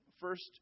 first